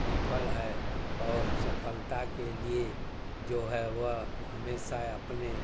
विफल है और सफलता के लिए जो है वह हमेशा अपने